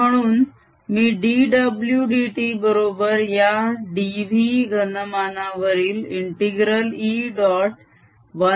आणि म्हणून मी dw dt बरोबर या dv घनमानवरील ∫E